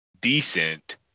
decent